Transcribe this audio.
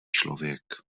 člověk